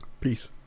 Peace